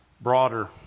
broader